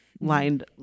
lined